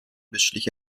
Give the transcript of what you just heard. beschlich